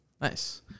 Nice